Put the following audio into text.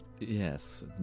yes